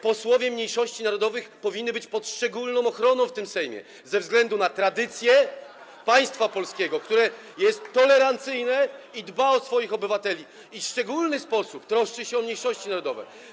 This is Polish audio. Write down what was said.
Posłowie mniejszości narodowych powinni być pod szczególną ochroną w tym Sejmie ze względu na tradycję państwa polskiego, które jest tolerancyjne i dba o swoich obywateli, i w szczególny sposób troszczy się o mniejszości narodowe.